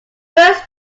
first